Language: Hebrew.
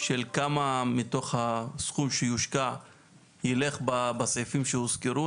של כמה מתוך הסכום שיושקע יילך בסעיפים שהוזכרו,